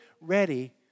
ready